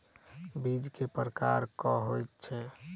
बीज केँ प्रकार कऽ होइ छै?